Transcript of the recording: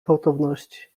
gwałtowności